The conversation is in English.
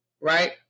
right